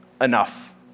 enough